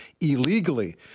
illegally